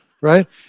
right